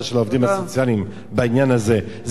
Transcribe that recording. של העובדים הסוציאליים בעניין הזה.